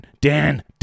Dan